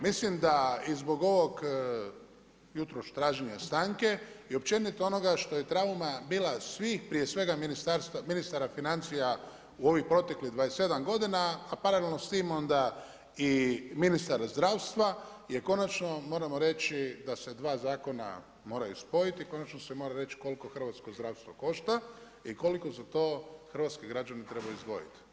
Mislim da i zbog ovog jutros traženja stanke, i općenito onoga što je trauma bila svih prije svega ministara financija u ovih proteklih 27 godina, a paralelno s tim onda i ministar zdravstva je konačno moramo reći da dva zakona moraju spojiti, konačno se mora reći koliko hrvatsko zdravstvo košta i koliko za to hrvatski građani trebaju izdvojiti.